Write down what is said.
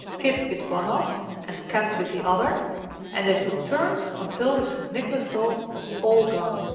kit bit one off, and kat bit the other and they took turns until the st. nicholas doll was all gone.